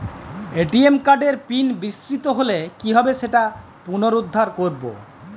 ATM কার্ডের pin বিস্মৃত হলে কীভাবে সেটা পুনরূদ্ধার করব?